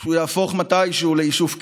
שהוא יהפוך מתישהו ליישוב קבע.